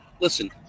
Listen